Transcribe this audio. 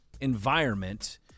environment